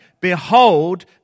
Behold